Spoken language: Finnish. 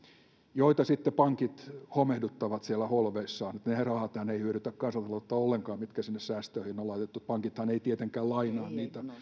joita sitten pankit homehduttavat siellä holveissaan ne rahathan eivät hyödytä kansantaloutta ollenkaan mitkä sinne säästöihin on laitettu pankithan eivät tietenkään lainaa niitä